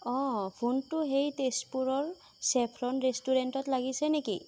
অঁ ফোনটো সেই তেজপুৰৰ চেফ্ৰন ৰেষ্টুৰেণ্টত লাগিছে নেকি